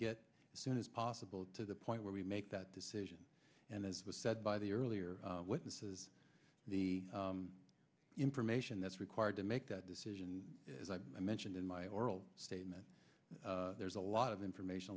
get soon as possible to the point where we make that decision and as was said by the earlier witnesses the information that's required to make that decision as i mentioned in my oral statement there's a lot of information a